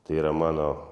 tai yra mano